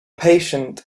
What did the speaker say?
patient